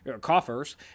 coffers